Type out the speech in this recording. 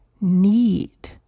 need